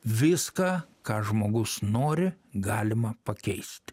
viską ką žmogus nori galima pakeist